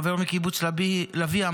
חבר מקיבוץ לביא,